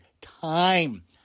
time